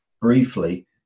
briefly